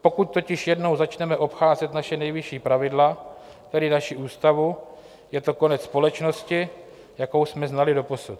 Pokud totiž jednou začneme obcházet naše nejvyšší pravidla, tedy naši ústavu, je to konec společnosti, jakou jsme znali doposud.